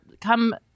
Come